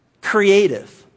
creative